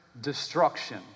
destruction